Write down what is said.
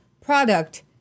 product